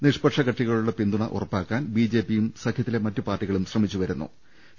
നിഷ്പക്ഷ കക്ഷികളുടെ പിന്തുണ ഉറപ്പാക്കാൻ ബി ജെ പിയും സഖ്യത്തിലെ മറ്റു പാർട്ടികളും ശ്രമിച്ചുവരികയാണ്